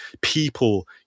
People